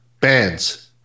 bands